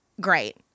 Great